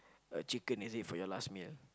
a chicken is it for your last meal